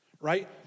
right